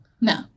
No